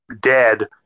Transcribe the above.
dead